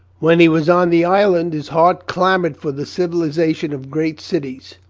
when he was on the island his heart clamoured for the civilization of great cities.